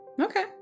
Okay